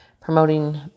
promoting